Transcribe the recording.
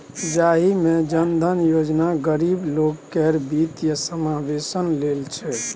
जाहि मे जन धन योजना गरीब लोक केर बित्तीय समाबेशन लेल छै